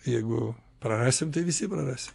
jeigu prarasim tai visi praras